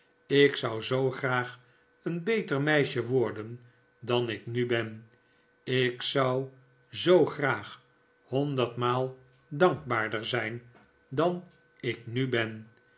ik zou zoo graag een beter meisje worden dan ik nu ben ik zou zoo graag honderdmaal dankbaarder zijn dan ik nu ben